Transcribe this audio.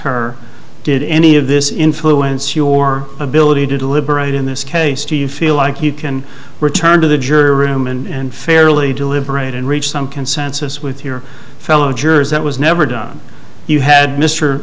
her did any of this influence your ability to deliberate in this case do you feel like you can return to the jury room and fairly deliberate and reach some consensus with your fellow jurors that was never done you had mr